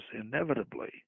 inevitably